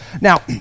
Now